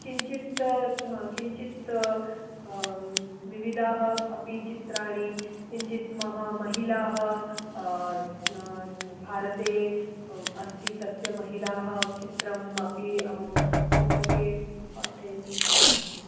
किञ्चित् किञ्चित् विविधाः अपि चित्राणि किञ्चित् महा महिलाः भारते अस्ति तस्य महिलाः चित्रम् अपि अहं पुस्तके पाठयितुं शक्नोमि